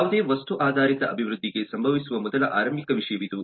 ಯಾವುದೇ ವಸ್ತು ಆಧಾರಿತ ಅಭಿವೃದ್ಧಿಗೆ ಸಂಭವಿಸುವ ಮೊದಲ ಆರಂಭಿಕ ವಿಷಯವಿದು